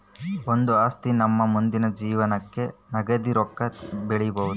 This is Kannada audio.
ಒಂದು ಆಸ್ತಿ ನಮ್ಮ ಮುಂದಿನ ಜೀವನಕ್ಕ ನಗದಿ ರೊಕ್ಕ ಬೆಳಿಬೊದು